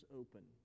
open